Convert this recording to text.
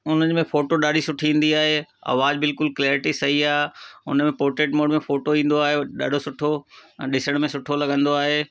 उन में फोटो ॾाढी सुठी ईंदी आहे आवाज़ु बिलकुलु क्लेरिटी सही आहे हुन में पोट्रेट मोड में फोटो ईंदो आहे ॾाढो सुठो ऐं ॾिसण में सुठो लॻंदो आहे